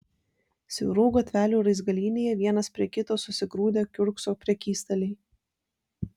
siaurų gatvelių raizgalynėje vienas prie kito susigrūdę kiurkso prekystaliai